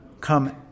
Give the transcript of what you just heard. come